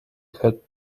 had